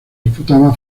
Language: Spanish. disputaba